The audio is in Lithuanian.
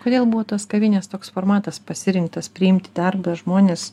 kodėl buvo tos kavinės toks formatas pasirinktas priimti į darbą žmones